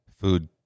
food